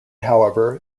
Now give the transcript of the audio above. however